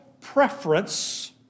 preference